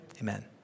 Amen